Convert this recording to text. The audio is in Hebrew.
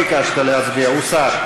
לא ביקשת להצביע, הוסר.